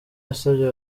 yasabye